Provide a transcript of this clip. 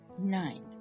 nine